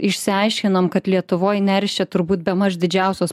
išsiaiškinom kad lietuvoj neršia turbūt bemaž didžiausios